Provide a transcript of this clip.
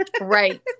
Right